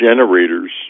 generators